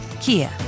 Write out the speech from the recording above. Kia